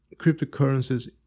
cryptocurrencies